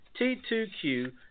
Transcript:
T2Q